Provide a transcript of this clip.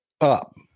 up